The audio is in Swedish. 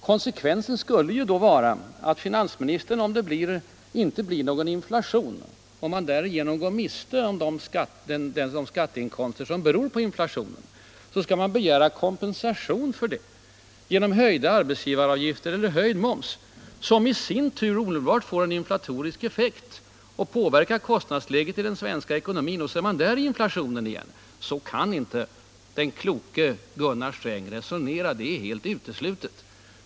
Konsekvensen skulle då vara att om det inte blir någon inflation och finansministern därigenom går miste om de skatteinkomster som beror på inflationen, skall han begära kompensation för detta genom höjda arbetsgivaravgifter eller höjd moms, som i sin tur omedelbart får en inflatorisk effekt och påverkar kostnadsläget i den svenska ekonomin så att man är inne i en inflation igen! Så kan väl inte den kloke Gunnar Sträng resonera; det är uteslutet.